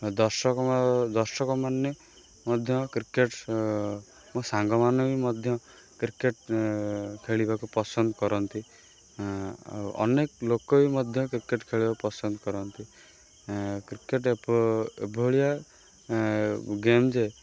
ଦର୍ଶକ ଦର୍ଶକମାନେ ମଧ୍ୟ କ୍ରିକେଟ୍ ମୋ ସାଙ୍ଗମାନେ ବି ମଧ୍ୟ କ୍ରିକେଟ୍ ଖେଳିବାକୁ ପସନ୍ଦ କରନ୍ତି ଅନେକ ଲୋକ ବି ମଧ୍ୟ କ୍ରିକେଟ୍ ଖେଳିବାକୁ ପସନ୍ଦ କରନ୍ତି କ୍ରିକେଟ୍ ଏପ ଏଭଳିଆ ଗେମ୍ ଯେ